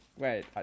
Wait